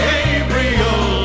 Gabriel